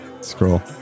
scroll